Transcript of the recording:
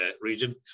region